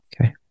Okay